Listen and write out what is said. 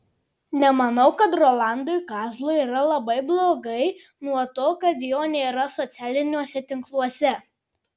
nemanau kad rolandui kazlui yra labai blogai nuo to kad jo nėra socialiniuose tinkluose